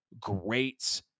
great